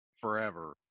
forever